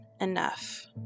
enough